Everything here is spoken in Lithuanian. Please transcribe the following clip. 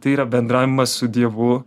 tai yra bendravimas su dievu